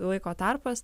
laiko tarpas